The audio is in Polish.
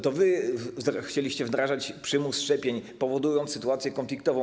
To wy chcieliście wdrażać przymus szczepień, powodując sytuację konfliktową.